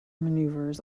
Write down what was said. maneuvers